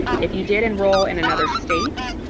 if you did enroll in another state,